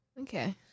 Okay